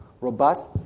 robust